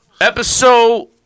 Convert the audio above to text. Episode